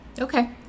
Okay